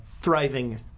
thriving